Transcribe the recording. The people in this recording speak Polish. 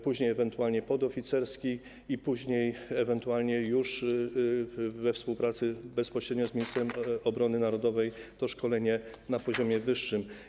Później jest ewentualnie poziom podoficerski, a później jest ewentualnie, już we współpracy bezpośrednio z ministrem obrony narodowej, szkolenie na poziomie wyższym.